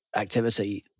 activity